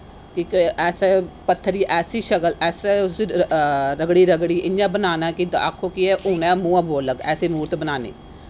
इक ऐसी पत्थर दी ऐसी शकल ऐसी उस्सी रगड़ी रगड़ी उस्सी इ'यां बनाना कि आक्खो कि एह् हून गै मूहां दा बोलग ऐसी मूर्त बनानी